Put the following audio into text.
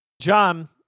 John